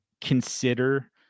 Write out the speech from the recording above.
consider